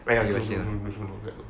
mm mm mm not bad not bad